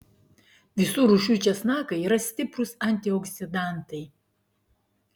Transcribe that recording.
visų rūšių česnakai yra stiprūs antioksidantai